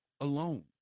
alone